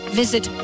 visit